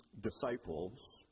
disciples